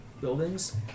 buildings